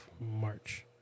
March